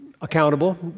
accountable